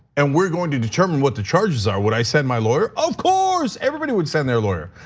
and we're going to determine what the charges are would i send my lawyer? of course, everybody would send their lawyer,